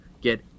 get